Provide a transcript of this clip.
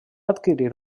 adquirir